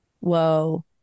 Whoa